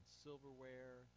silverware